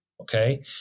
Okay